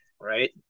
Right